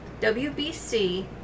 WBC